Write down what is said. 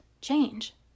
change